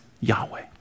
Yahweh